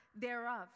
thereof